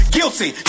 Guilty